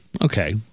Okay